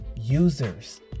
users